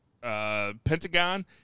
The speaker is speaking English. Pentagon